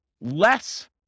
less